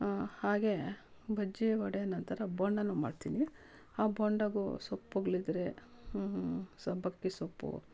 ಹಾಗೆ ಬಜ್ಜಿ ವಡೆ ನಂತರ ಬೋಂಡನು ಮಾಡ್ತೀನಿ ಆ ಬೋಂಡಾಗು ಸೊಪ್ಪುಗಳಿದ್ರೆ ಸಬ್ಬಕ್ಕಿ ಸೊಪ್ಪು